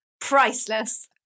priceless